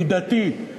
מידתית,